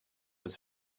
was